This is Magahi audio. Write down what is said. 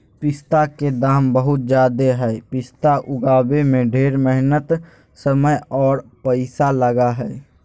पिस्ता के दाम बहुत ज़्यादे हई पिस्ता उगाबे में ढेर मेहनत समय आर पैसा लगा हई